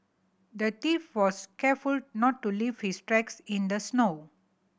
the thief was careful not to leave his tracks in the snow